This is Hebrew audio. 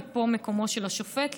וזה מקומו של השופט,